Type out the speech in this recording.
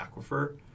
aquifer